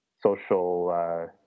social